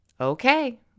Okay